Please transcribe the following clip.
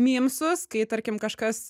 mymsus kai tarkim kažkas